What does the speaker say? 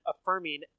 affirming